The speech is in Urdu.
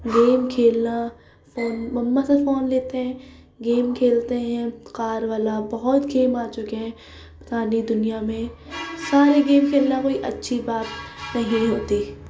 گیم کھیلنا فون مما سے فون لیتے ہیں گیم کھیلتے ہیں کار والا بہت گیم آ چکے ہیں پتہ نہیں دنیا میں سارے گیم کھیلنا کوئی اچھی بات نہیں ہوتی